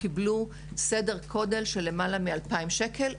קיבלו סדר-גודל של למעלה מ-2,000 שקל.